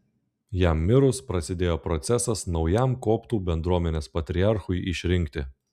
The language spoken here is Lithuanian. jam mirus prasidėjo procesas naujam koptų bendruomenės patriarchui išrinkti